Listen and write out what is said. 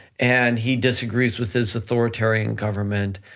and he disagrees with this authoritarian government,